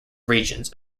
regions